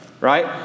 right